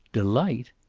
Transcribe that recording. delight!